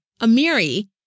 Amiri